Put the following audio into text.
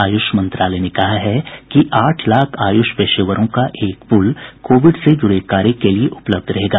आय्ष मंत्रालय ने कहा है कि आठ लाख आयुष पेशेवरों का एक पूल कोविड से जुड़े कार्य करने के लिए उपलब्ध रहेगा